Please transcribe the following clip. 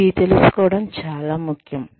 ఇది తెలుసుకోవడం చాలా ముఖ్యం